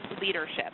leadership